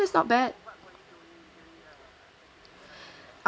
so that's not bad